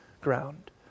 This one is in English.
ground